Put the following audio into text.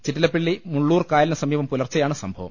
ചിറ്റിലപ്പിള്ളി മുള്ളൂർ കായലിന് സമീപം പുലർച്ചെ യാണ് സംഭവം